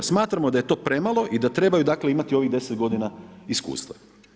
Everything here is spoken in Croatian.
Smatramo da je to premalo i da trebaju imati ovih 10 godina iskustva.